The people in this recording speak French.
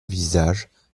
visages